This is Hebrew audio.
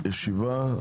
הישיבה.